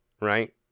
right